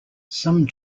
some